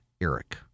Eric